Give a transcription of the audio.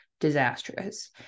disastrous